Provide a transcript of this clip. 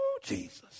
Jesus